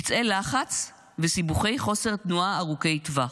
פצעי לחץ וסיבוכי חוסר תנועה ארוכי טווח,